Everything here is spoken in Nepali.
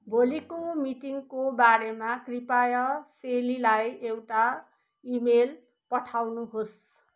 भोलिको मिटिङको बारेमा कृपया सेलीलाई एउटा इमेल पठाउनुहोस्